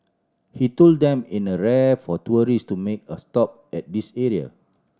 he told them in a rare for tourists to make a stop at this area